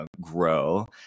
grow